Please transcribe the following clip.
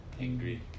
angry